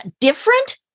different